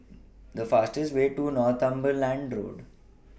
The fastest Way to Northumberland Road